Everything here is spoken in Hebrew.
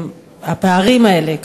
הפערים האלה